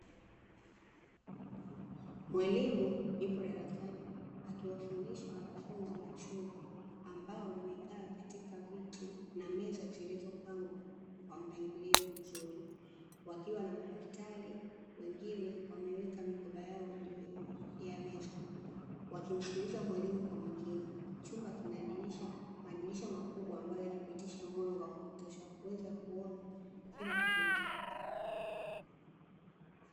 Mwalimu yupo darasani, akiwafundisha wanafunzi wa chuo ambao wamekaa katika viti na meza zilizopangwa kwa mpangilio mzuri, wakiwa na madaftari, wengine wameweka mikoba yao juu ya meza, wakimsikiliza mwalimu kwa makini. Chumba kina madirisha makubwa ambayo yanapitisha mwanga wa kutosha wa kuweza kuona kila kitu.